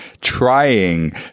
trying